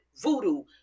voodoo